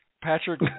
Patrick